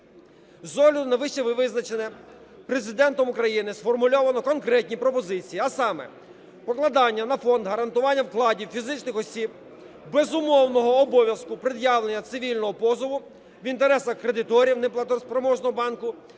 З огляду на вище визначене, Президентом України сформульовано конкретні пропозиції. А саме: покладання на Фонд гарантування вкладів фізичних осіб безумовного обов'язку пред'явлення цивільного позову в інтересах кредиторів неплатоспроможного банку